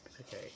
Okay